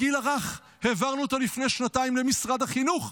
הגיל הרך, העברנו אותו לפני שנתיים למשרד החינוך,